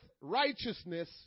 righteousness